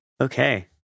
Okay